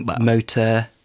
motor